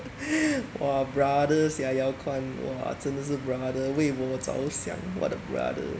!wah! brother sia yao kuan !wah! 真的是 brother 为我着想我的 brother